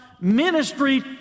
ministry